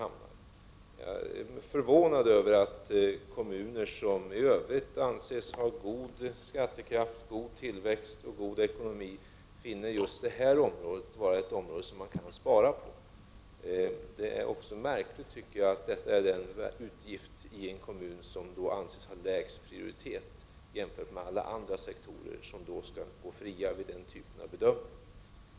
Jag är förvånad över att kommuner som i övrigt anses ha god skattekraft, god tillväxt och god ekonomi finner just detta område vara ett område där de kan göra besparingar. Det är också märkligt att kommunerna anser att denna utgift har lägst prioritet i en kommun jämfört med alla andra sektorer som skall gå fria vid denna typ av bedömning.